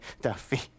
Duffy